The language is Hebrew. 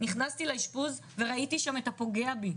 "נכנסתי לאישפוז וראיתי שם את הפוגע בי,